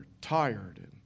tired